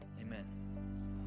Amen